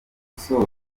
gusoza